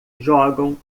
jogam